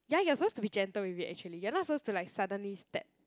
ya you're supposed to be gentle with it actually you're not supposed to like suddenly step